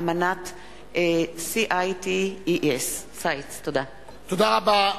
אמנת CITES. תודה רבה.